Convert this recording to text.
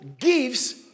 gives